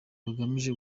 bagamije